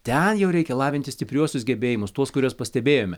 ten jau reikia lavinti stipriuosius gebėjimus tuos kuriuos pastebėjome